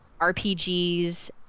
RPGs